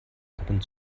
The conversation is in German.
grund